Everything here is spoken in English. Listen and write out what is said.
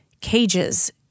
cages